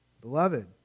Beloved